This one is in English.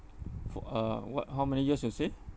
for uh what how many years you say